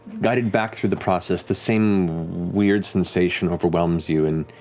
guided back through the process, the same weird sensation overwhelms you and